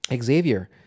Xavier